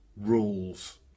rules